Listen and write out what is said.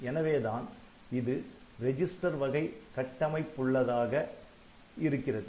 எனவேதான் இது ரெஜிஸ்டர் வகை கட்டமைப்புள்ளதாக இருக்கிறது